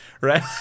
right